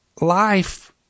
Life